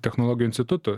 technologijų institutu